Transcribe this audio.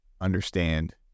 understand